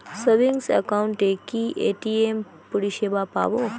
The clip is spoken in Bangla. সেভিংস একাউন্টে কি এ.টি.এম পরিসেবা পাব?